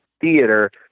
theater